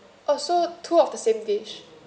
orh so two of the same dish